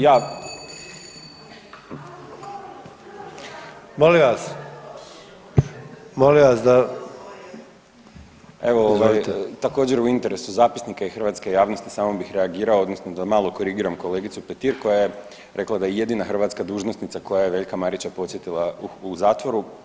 Ja [[Upadica Sanader: Molim vas.]] evo također u interesu zapisnika i hrvatske javnosti samo bih reagirao, mislim da malo korigiram kolegicu Petir koja je rekla da je jedina hrvatska dužnosnica koja je Veljka Marića posjetila u zatvoru.